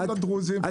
גם לדרוזים,